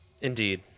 Indeed